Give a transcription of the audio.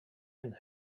and